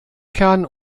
kern